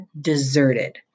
deserted